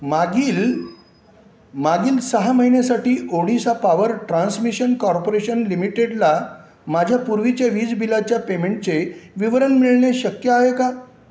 मागील मागील सहा महिन्यासाठी ओडिसा पावर ट्रान्समिशन कॉर्पोरेशन लिमिटेडला माझ्या पूर्वीच्या वीज बिलाच्या पेमेंटचे विवरण मिळणे शक्य आहे का